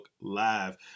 Live